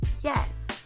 Yes